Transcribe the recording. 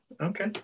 Okay